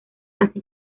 así